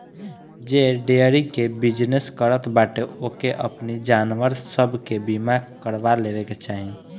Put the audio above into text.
जे डेयरी के बिजनेस करत बाटे ओके अपनी जानवर सब के बीमा करवा लेवे के चाही